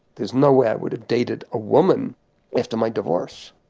there was no way i would have dated a woman after my divorce.